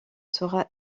sera